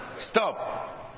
Stop